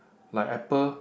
like Apple